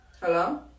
Hello